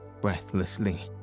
breathlessly